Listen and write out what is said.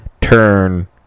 turn